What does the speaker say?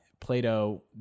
Plato